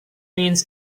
means